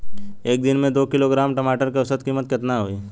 एक दिन में दो किलोग्राम टमाटर के औसत कीमत केतना होइ?